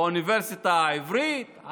באוניברסיטה העברית.